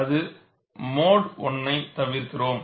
அந்த மோடு 1 ஐ தவிர்க்கிரோம்